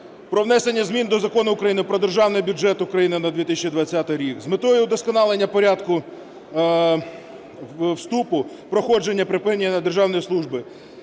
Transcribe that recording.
про внесення змін до Закону України "Про Державний бюджет України на 2020 рік" з метою удосконалення порядку вступу, проходження і припинення державної служби,